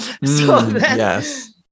yes